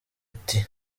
ati